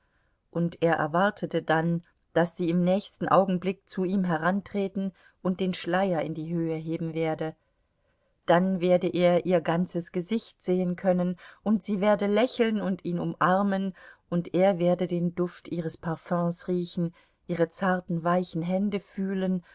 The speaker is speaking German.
und er erwartete dann daß sie im nächsten augenblick zu ihm herantreten und den schleier in die höhe heben werde dann werde er ihr ganzes gesicht sehen können und sie werde lächeln und ihn umarmen und er werde den duft ihres parfüms riechen ihre zarten weichen hände fühlen